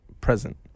present